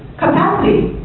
capacity.